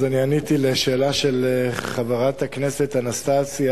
אני עניתי לשאלה של חברת הכנסת אנסטסיה